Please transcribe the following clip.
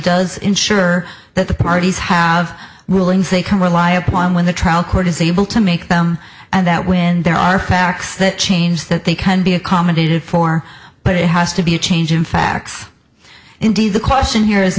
does ensure that the parties have willing say can rely upon when the trial court is able to make them and that when there are facts that change that they can be accommodated for but it has to be a change in facts indeed the question here